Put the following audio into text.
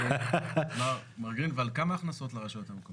מר גרינוולד, כמה הכנסות לרשויות המקומיות?